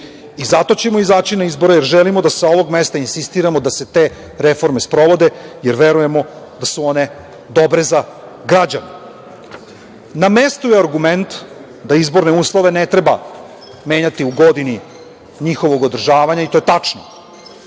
ćemo izaći na izbore, jer želimo da sa ovog mesta insistiramo da se te reforme sprovode, jer verujemo da su one dobre za građane. Na mestu je argument da izborne uslove ne treba menjati u godini njihovog održavanja i to je tačno.